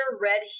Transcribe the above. red